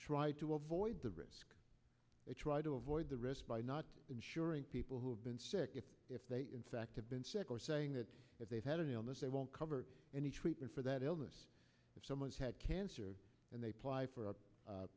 try to avoid the risk they try to avoid the risk by not insuring people who have been sick if if they in fact have been check or saying that they've had an illness they won't cover any treatment for that illness if someone's had cancer and they ply for a